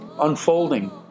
unfolding